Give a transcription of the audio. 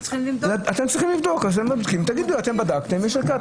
אז תגידו שבדקתם ויש רעש,